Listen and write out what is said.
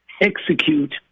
execute